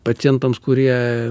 pacientams kurie